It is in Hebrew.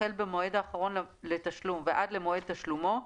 החל במועד האחרון לתשלום ועד למועד תשלומו,